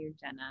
Jenna